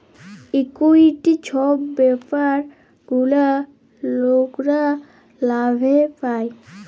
equity ছব ব্যাপার গুলা লকরা লাভে পায়